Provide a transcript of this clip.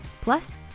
Plus